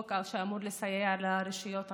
חוק שאמור לסייע לרשויות המקומיות,